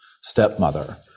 stepmother